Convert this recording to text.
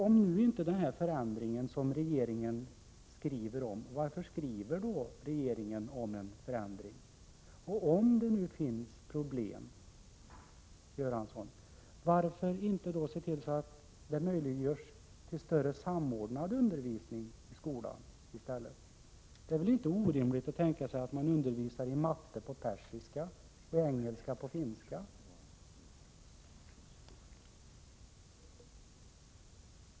Om det inte finns några problem, varför skriver då regeringen om en förändring? Om det finns problem, Bengt Göransson, varför då inte se till att möjliggöra en mera samordnad undervisning i skolan? Det är väl inte orimligt att tänka sig att man undervisar i matematik på persiska, i engelska på finska osv.?